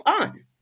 on